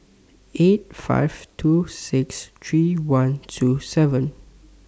eight five two six three one two seven